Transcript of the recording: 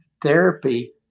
therapy